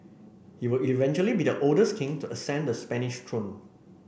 he will eventually be the oldest king to ascend the Spanish throne